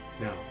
Now